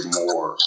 more